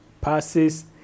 passes